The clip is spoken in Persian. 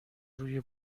روی